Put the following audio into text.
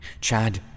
Chad